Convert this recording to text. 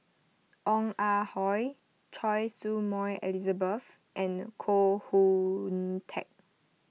Ong Ah Hoi Choy Su Moi Elizabeth and Koh Hoon Teck